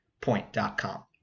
point.com